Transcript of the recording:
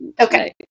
Okay